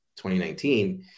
2019